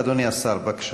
אדוני השר, בבקשה.